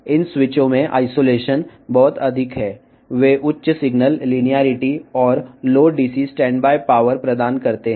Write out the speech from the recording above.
ఈ స్విచ్లలో ఐసోలేషన్ కూడా చాలా ఎక్కువ అవి అధిక సిగ్నల్ లీనియారిటీ మరియు తక్కువ DC స్టాండ్బై శక్తిని అందిస్తాయి